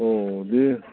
औ बे